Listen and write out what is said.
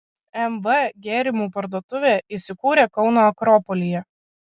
mv gėrimų parduotuvė įsikūrė kauno akropolyje